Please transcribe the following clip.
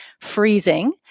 freezing